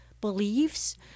Beliefs